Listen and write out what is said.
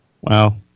Wow